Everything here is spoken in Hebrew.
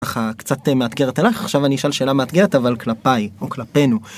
קצת מאתגרת אליך עכשיו אני שואל שאלה מאתגרת אבל כלפי או כלפינו.